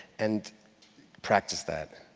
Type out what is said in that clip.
and practice that.